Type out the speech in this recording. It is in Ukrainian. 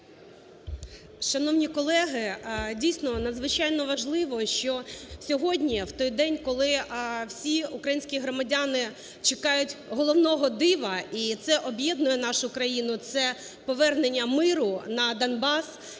Шановні колеги, дійсно, надзвичайно важливо, що сьогодні в той день, коли всі українські громадяни чекають головного дива - і це об'єднує нашу країну, - це повернення миру на Донбас,